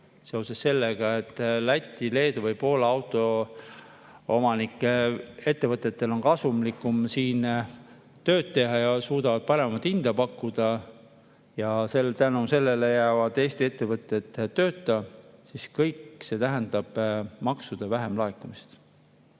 seoses sellega, et Läti, Leedu või Poola ettevõtetel on kasumlikum siin tööd teha, nad suudavad paremat hinda pakkuda ja seetõttu jäävad Eesti ettevõtted tööta, siis kõik see tähendab maksude vähemat laekumist.